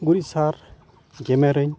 ᱜᱩᱨᱤᱡ ᱥᱟᱨ ᱜᱮᱢᱮᱨᱟᱹᱧ